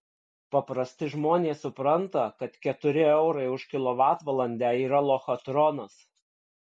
paprasti žmonės supranta kad keturi eurai už kilovatvalandę yra lochatronas